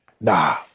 Nah